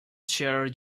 share